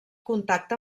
contacte